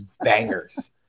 bangers